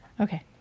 Okay